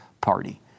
party